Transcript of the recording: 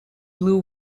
blew